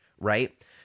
right